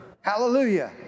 Hallelujah